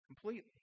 Completely